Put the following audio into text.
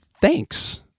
Thanks